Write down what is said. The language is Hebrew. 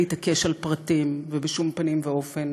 איך להתעקש על פרטים ובשום פנים ואופן